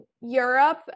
Europe